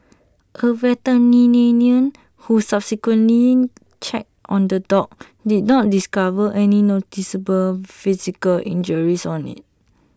A veterinarian who subsequently checked on the dog did not discover any noticeable physical injuries on IT